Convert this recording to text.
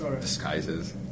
disguises